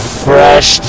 fresh